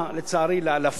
בעיקר בערים הגדולות.